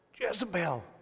Jezebel